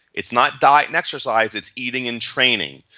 it's not diet and exercise. it's eating and training.